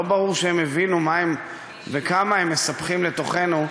לא ברור שהם הבינו מה הם וכמה הם מספחים לתוכנו,